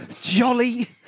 jolly